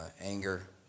anger